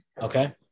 Okay